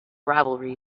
rivalry